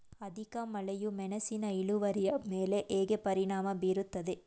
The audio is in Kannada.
ಅಧಿಕ ಮಳೆಯು ಮೆಣಸಿನ ಇಳುವರಿಯ ಮೇಲೆ ಹೇಗೆ ಪರಿಣಾಮ ಬೀರುತ್ತದೆ?